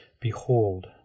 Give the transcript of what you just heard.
Behold